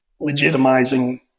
legitimizing